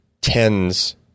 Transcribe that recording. tens